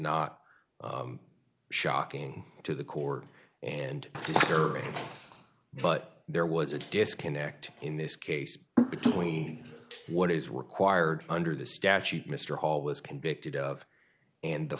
not shocking to the court and there are but there was a disconnect in this case between what is required under the statute mr hall was convicted of and the